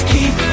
Keep